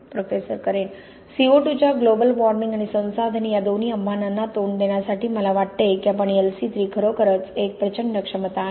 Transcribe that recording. professor Karen CO2 च्या global warming आणि संसाधने या दोन्ही आव्हानांना तोंड देण्यासाठी मला वाटते की आपण LC3 खरोखरच एक प्रचंड क्षमता आहे